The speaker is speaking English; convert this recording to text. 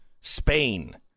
Spain